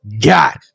got